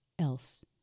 else